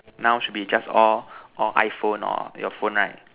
now should be just all all iPhone or your phone right